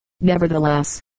Nevertheless